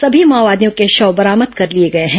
सभी माओवादियों के शव बरामद कर लिए गए हैं